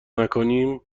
نکنیم